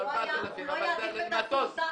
היא נתונה לכלים מקצועיים,